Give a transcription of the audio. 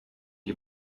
die